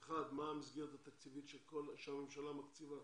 האחד, מה המסגרת התקציבית שהממשלה מקציבה